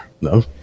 No